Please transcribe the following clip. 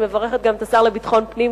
אני מברכת גם את השר לביטחון פנים,